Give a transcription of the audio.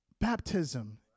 baptism